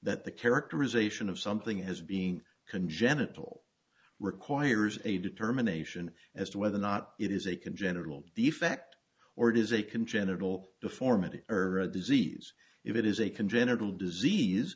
that the characterization of something as being congenital requires a determination as to whether or not it is a congenital defect or it is a congenital deformity or disease if it is a congenital disease